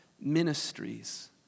ministries